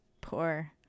poor